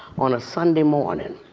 on a sunday morning.